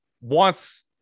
wants